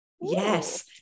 Yes